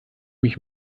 mich